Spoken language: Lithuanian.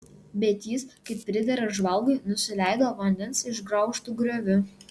bet jis kaip pridera žvalgui nusileido vandens išgraužtu grioviu